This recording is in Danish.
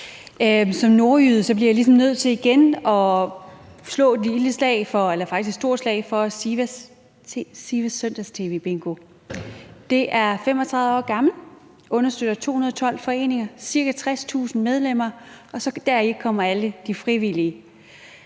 Som nordjyde bliver jeg ligesom nødt til igen at slå et lille slag, eller faktisk et stort slag, for SIFA TVBingo. Det er 35 år gammelt, det understøtter 212 foreninger, der er ca. 60.000 medlemmer, og dertil kommer alle de frivillige.